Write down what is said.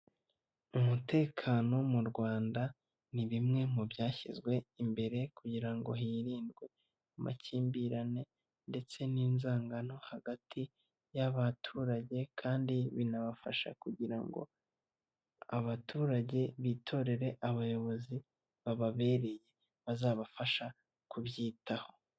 Umutekano mu Rwanda, ni bimwe mu byashyizwe imbere kugira ngo hirindwe amakimbirane ndetse n'inzangano hagati y'abaturage kandi binabafashwa kugira ngo abaturage bitorere abayobozi bababereye. Bazabafasha kubyitaho.